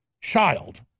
child